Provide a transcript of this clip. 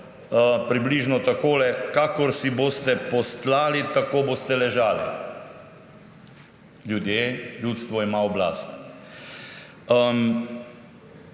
približno takole: »Kakor si boste postlali, tako boste ležali.« Ljudje, ljudstvo ima oblast.